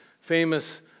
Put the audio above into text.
famous